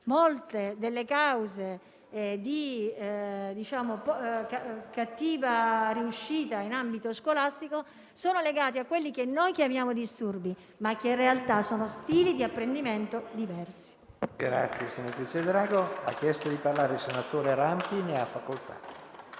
Molte delle cause di cattiva riuscita in ambito scolastico sono legate a quelli che noi chiamiamo disturbi, ma che in realtà sono stili di apprendimento diversi.